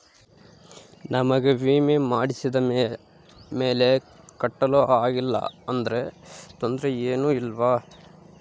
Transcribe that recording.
ನಮಗೆ ವಿಮೆ ಮಾಡಿಸಿದ ಮೇಲೆ ಕಟ್ಟಲು ಆಗಿಲ್ಲ ಆದರೆ ತೊಂದರೆ ಏನು ಇಲ್ಲವಾ?